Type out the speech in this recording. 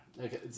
Okay